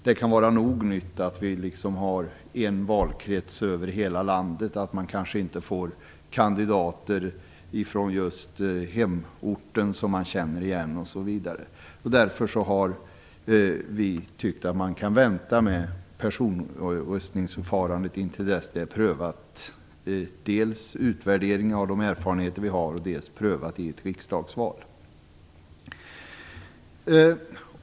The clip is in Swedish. Det kan vara nog nytt att vi nu skall ha en valkrets över hela landet och att de som skall rösta kanske inte har någon kandidat från sin egen hemort som de känner igen, osv. Därför har vi tyckt att man kan vänta med personröstningsförfarandet tills de nu gjorda erfarenheterna har utvärderats och tills förfarandet har prövats i ett riksdagsval.